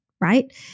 right